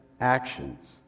actions